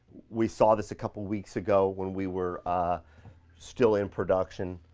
we saw this a couple weeks ago when we were ah still in production.